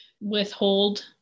withhold